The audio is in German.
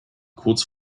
kurz